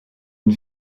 une